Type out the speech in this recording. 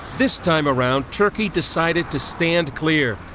this time around turkey decided to stand clear,